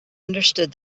understood